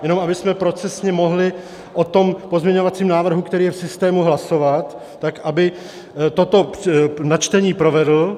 Jenom abychom procesně mohli o tom pozměňovacím návrhu, který je v systému, hlasovat, tak aby toto načtení provedl.